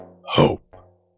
hope